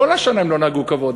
כל השנה הם לא נהגו כבוד,